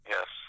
Yes